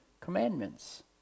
commandments